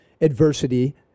adversity